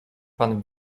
pan